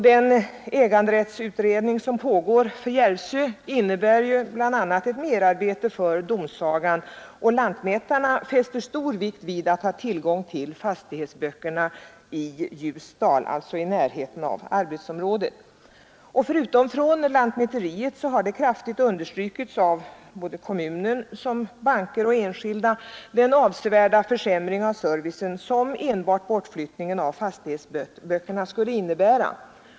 Den äganderättsutredning som pågår för Järvsö innebär också ett merarbete för domsagan, och lantmätarna fäster stor vikt vid att ha tillgång till fastighetsböckerna i Ljusdal, alltså i närheten av arbetsområdet. Förutom från lantmäteriet har av såväl kommunen som banker och enskilda kraftigt understrukits den avsevärda försämring av servicen, som enbart bortflyttningen av fastighetsböckerna skulle innebära.